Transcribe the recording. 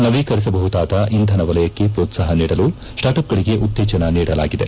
ನವೀಕರಿಸಬಹುದಾದ ಇಂಧನ ವಲಯಕ್ಷೆ ಪ್ರೋತ್ಸಾಪ ನೀಡಲು ಸ್ವಾರ್ಟ್ಅಪ್ಗಳಿಗೆ ಉತ್ತೇಜನ ನೀಡಲಾಗಿದೆ